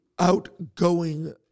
outgoing